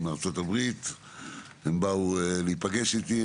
הם באו להיפגש איתי.